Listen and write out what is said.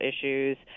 issues